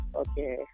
okay